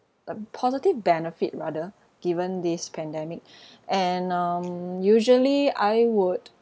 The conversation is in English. uh positive benefit rather given this pandemic and um usually I would